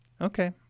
Okay